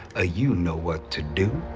a-you know what to do.